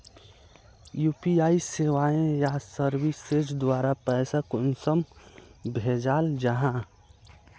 UPI सेवाएँ या services द्वारा पैसा कुंसम भेजाल जाहा?